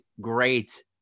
great